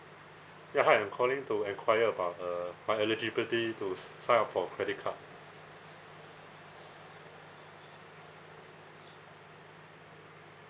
ya hi I'm calling to enquire about uh my eligibility to s~ sign up for a credit card